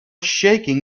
shaking